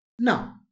Now